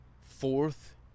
fourth